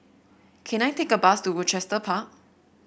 can I take a bus to Rochester Park